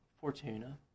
Fortuna